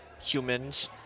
humans